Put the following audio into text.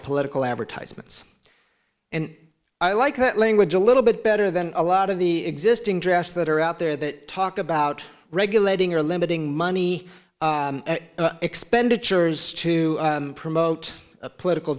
political advertisements and i like that language a little bit better than a lot of the existing drafts that are out there that talk about regulating or limiting money expenditures to promote political